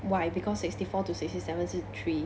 why because sixty four to sixty seventy 是 three